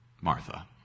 Martha